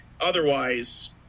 otherwise